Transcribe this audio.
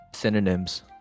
synonyms